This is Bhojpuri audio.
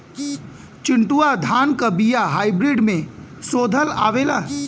चिन्टूवा धान क बिया हाइब्रिड में शोधल आवेला?